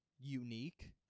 unique